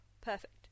perfect